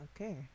Okay